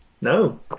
No